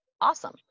Awesome